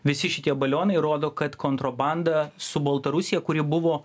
visi šitie balionai rodo kad kontrabanda su baltarusija kuri buvo